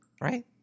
Right